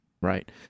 right